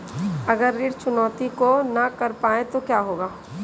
अगर ऋण चुकौती न कर पाए तो क्या होगा?